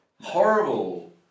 Horrible